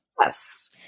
Yes